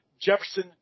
Jefferson